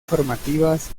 formativas